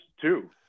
two